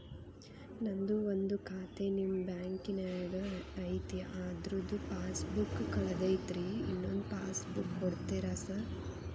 ನಂದು ಒಂದು ಖಾತೆ ನಿಮ್ಮ ಬ್ಯಾಂಕಿನಾಗ್ ಐತಿ ಅದ್ರದು ಪಾಸ್ ಬುಕ್ ಕಳೆದೈತ್ರಿ ಇನ್ನೊಂದ್ ಪಾಸ್ ಬುಕ್ ಕೂಡ್ತೇರಾ ಸರ್?